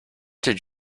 did